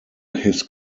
his